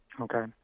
Okay